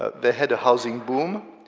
ah they had a housing boom,